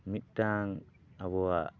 ᱢᱤᱫᱴᱟᱝ ᱟᱵᱚᱣᱟᱜ